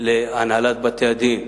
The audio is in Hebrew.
להנהלת בתי-הדין,